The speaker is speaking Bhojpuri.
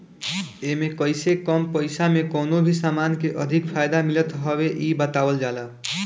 एमे कइसे कम पईसा में कवनो भी समान के अधिक फायदा मिलत हवे इ बतावल जाला